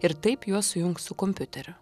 ir taip juos sujungs su kompiuteriu